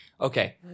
Okay